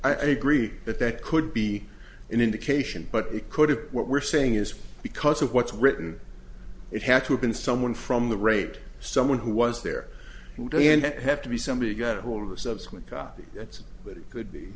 at i agree that that could be an indication but it could of what we're saying is because of what's written it had to have been someone from the rate someone who was there and have to be somebody got hold of a subsequent copy that's but it could be